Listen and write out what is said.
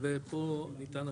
ופה ניתן הפתרון.